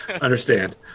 Understand